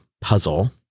puzzle